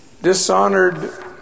Dishonored